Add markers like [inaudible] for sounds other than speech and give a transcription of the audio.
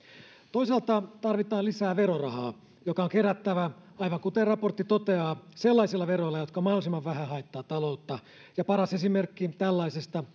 toisaalta tarvitaan lisää verorahaa joka on kerättävä aivan kuten raportti toteaa sellaisilla veroilla jotka mahdollisimman vähän haittaavat taloutta ja paras esimerkki tällaisesta [unintelligible]